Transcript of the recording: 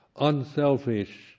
unselfish